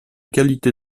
qualité